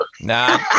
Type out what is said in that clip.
Nah